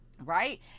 right